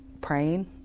praying